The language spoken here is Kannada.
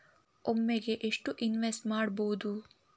ಒಮ್ಮೆಗೆ ಎಷ್ಟು ಇನ್ವೆಸ್ಟ್ ಮಾಡ್ಬೊದು?